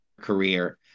career